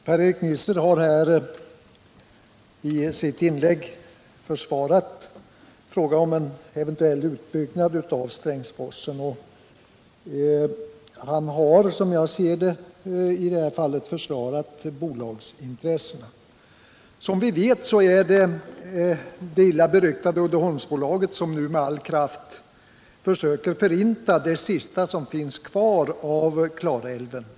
Herr talman! Per-Erik Nisser har i sitt inlägg försvarat en eventuell utbyggnad av Strängsforsen. Han har, som jag ser det, i det här fallet försvarat bolagsintressena. Som vi vet är det det illa beryktade Uddeholmsbolaget som nu med all kraft försöker förinta det sista som finns kvar av Klarälven.